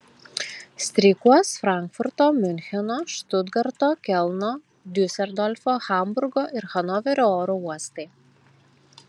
streikuos frankfurto miuncheno štutgarto kelno diuseldorfo hamburgo ir hanoverio oro uostai